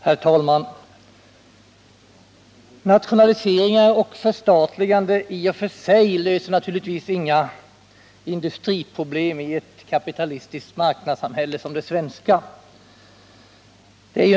Herr talman! Nationaliseringar och förstatliganden löser naturligtvis i sig inga industriproblem i ett kapitalistiskt marknadssamhälle som det svenska.